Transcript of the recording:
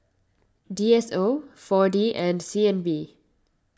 D S O four D and C N B